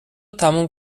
تموم